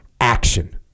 action